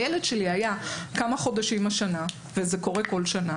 הילד שלי היה כמה חודשים השנה וזה קורה בכל שנה